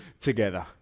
together